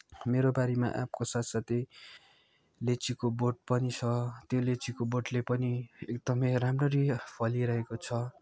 मेरो बारीमा आँपको साथ साथै लिचीको बोट पनि छ त्यो लिचीको बोटले पनि एकदमै राम्ररी फलिरहेको छ